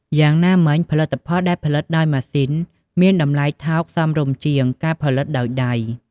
យ៉ាងណាមិញផលិតផលដែលផលិតដោយម៉ាស៊ីនមានថោកតម្លៃសមរម្យជាង ការផលិតដោយដៃ។